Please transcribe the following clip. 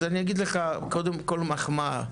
אני אגיד לך קודם כל מחמאה,